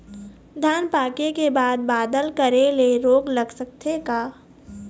धान पाके के बाद बादल करे ले रोग लग सकथे का?